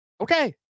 okay